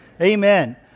Amen